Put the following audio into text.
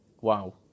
wow